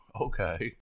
okay